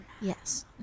Yes